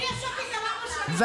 אחיי החרדים.